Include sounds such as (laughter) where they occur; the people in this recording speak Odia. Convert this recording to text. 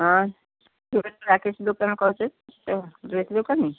ହଁ ଡ୍ରେସ୍ ରାକେଶ ଦୋକାନ କହୁଛ (unintelligible) ଡ୍ରେସ୍ ଦୋକାନୀ